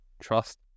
trust